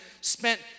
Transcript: spent